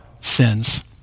sins